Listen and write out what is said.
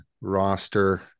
roster